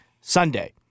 Sunday